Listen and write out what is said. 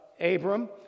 Abram